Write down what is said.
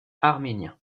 arménien